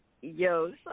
Yo